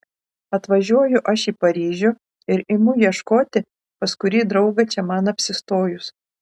atvažiuoju aš į paryžių ir imu ieškoti pas kurį draugą čia man apsistojus